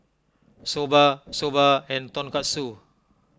Soba Soba and Tonkatsu